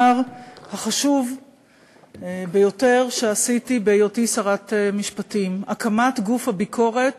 החשוב ביותר שעשיתי בהיותי שרת המשפטים: הקמת גוף הביקורת